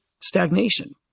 stagnation